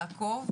לעקוב,